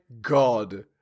god